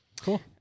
Cool